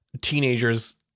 teenagers